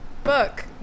Book